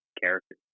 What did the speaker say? character